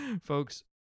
Folks